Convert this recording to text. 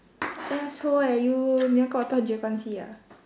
asshole ah you 你要过到啊